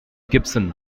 gibson